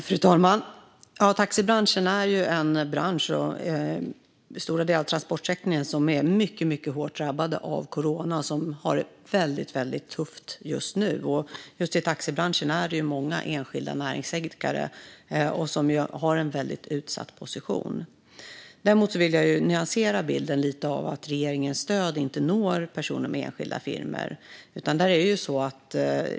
Fru talman! Taxibranschen och stora delar av transportsektorn är mycket hårt drabbade av corona och har det väldigt tufft just nu. Inom taxibranschen finns många enskilda näringsidkare som har en väldigt utsatt position. Jag vill dock nyansera bilden lite av att regeringens stöd inte når personer med enskilda firmor.